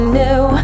new